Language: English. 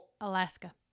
Alaska